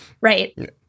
Right